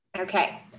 Okay